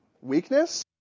Weakness